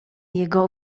jego